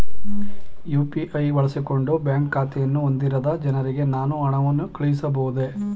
UPI ಬಳಸಿಕೊಂಡು bank ಖಾತೆಯನ್ನು ಹೊಂದಿರದ ಜನರಿಗೆ ನಾನು ಹಣವನ್ನು ಕಳುಹಿಸಬಹುದೇ?